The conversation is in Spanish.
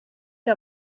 que